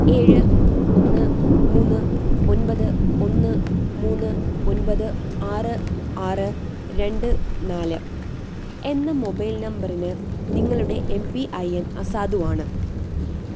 ഏഴ് ഒന്ന് മൂന്ന് ഒൻപത് ഒന്ന് മൂന്ന് ഒൻപത് ആറ് ആറ് രണ്ട് നാല് എന്ന മൊബൈൽ നമ്പറിന് നിങ്ങളുടെ എം പി ഐ എൻ അസാധുവാണ്